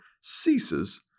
ceases